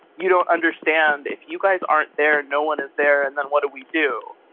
you don't understand. if you guys aren't there, no one is there. and then what do we do?